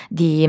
di